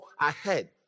ahead